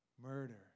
murder